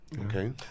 Okay